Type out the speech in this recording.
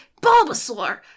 bulbasaur